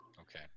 okay